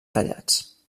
tallats